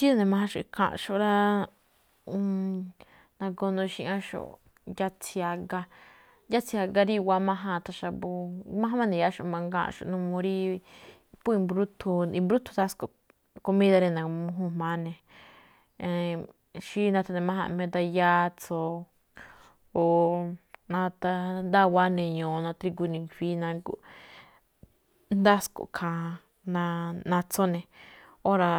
Rí nu̱ne̱ májánxo̱ꞌ ikháanꞌ rá. nagoo nu̱xíꞌñáxo̱ꞌ yatsi̱i̱ a̱ga, yatsi̱i̱ a̱ga i̱wa̱á májáan ithan xa̱bo̱, májań máꞌ i̱ya̱á mangaa̱nxo̱ꞌ. N uu rí phú i̱mbrúthun, i̱mbrúthun ndasko̱ꞌ, komída̱ rí na̱gu̱ma mújúun jma̱á ne̱. xí thane̱ májáan meda yatso̱, o natandáwa̱á ne̱ ño̱o̱ natrigu ne̱ i̱fui̱í nago̱ꞌ. Ndasko̱ꞌ ilhaa natso ne̱. Óra̱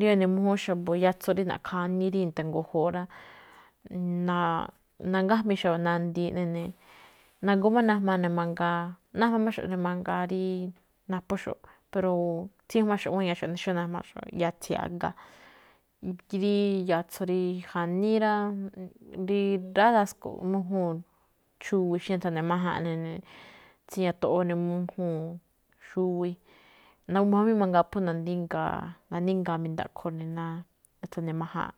rí nune̱ mújúún xa̱bo̱ yatso̱ rí na̱ꞌkha̱ janíí rí nitango̱jo̱o̱ rá. nangámii xa̱bo̱ nandi eꞌne ne̱, na̱goo máꞌ najmaa ne̱ mangaa, najmamáxo̱ꞌ ne mangaa rí naphóxo̱ꞌ. Pero tsíjmaxo̱ꞌ guíñaxo̱ꞌ xó najmaxo̱ꞌ yatsi̱i̱ a̱ga. Rí yatso̱ rí janíí rá, ra̱rándasko̱ꞌ mújúun, xuwi xí nathane májáan ne̱, tsiñatoꞌoo mújúun xuwi. Jamí mangaa phú nadíngaa, na̱díngaa mi̱ndaꞌkho ne̱ ná nathane̱ májáanꞌ.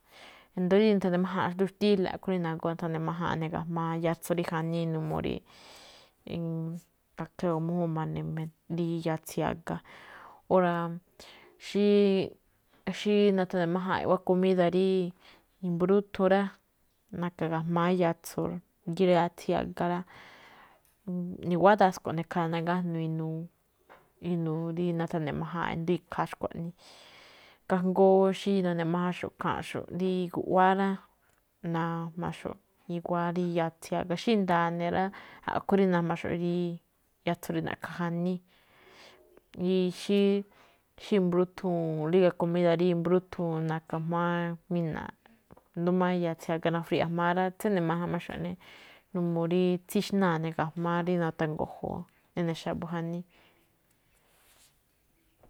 I̱ndo̱ó rí nathane̱ májáanꞌ xndúu xtíla̱ a̱ꞌkhue̱n rí nagoo nathane májáan ne̱ yatso̱ rí janíí, n uu rí tséyoo mújúun ma̱ne̱ rí yatsi̱i̱ a̱ga. Óra̱ xí, xí nathane̱ májáanꞌ iꞌwá komida̱ rí i̱mbrúthun rá, na̱ka̱ ga̱jma̱á yatso̱, rí yatsi̱i̱ a̱ga rá. I̱wa̱á ndasko̱ꞌ ikhaa ne̱ nagájnuu inuu, inuu rí nathane̱ májáanꞌ rí ikhaa xkuaꞌnii. Kajngó xí nu̱ne̱ májánxo̱ꞌ ikháanꞌxo̱ꞌ, rí guꞌwáá rá, najmaxo̱ꞌ i̱wa̱á rí yatsi̱i̱ a̱ga, xí nda̱a̱ ne̱ rá, a̱ꞌkhue̱n rí najmaxo̱ꞌ rí yatso̱ rí na̱ꞌkha̱ janíí. xí mbrúthun, ríga̱ komída̱ rí mbruthun na̱ka̱ ga̱jma̱á jmína̱aꞌ i̱ndo̱ó má yatsi̱i̱ a̱ga nafriya̱ꞌ jma̱á rá. Tséne̱ máján máꞌ xo̱ꞌ ne̱. N uu rí tsíxnáa̱ ne̱ ga̱jma̱á rí nitango̱jo̱o̱, ene̱ xa̱bo̱ janíí.